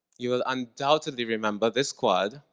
you will undoubtedly remember this quad,